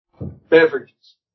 beverages